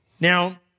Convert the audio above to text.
Now